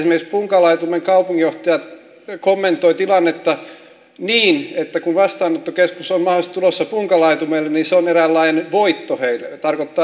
esimerkiksi punkalaitumen kaupunginjohtaja kommentoi tilannetta niin että kun vastaanottokeskus on mahdollisesti tulossa punkalaitumelle niin se on eräänlainen voitto heille se tarkoittaa työpaikkoja varoja